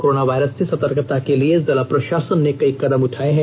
corona virus से सतर्कता के जिए जिला प्रषासन कई कदम उठाये हैं